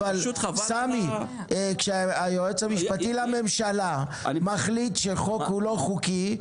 אבל כשהיועץ המשפטי לממשלה מחליט שחוק הוא לא חוקי,